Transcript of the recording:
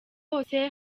hose